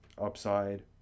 upside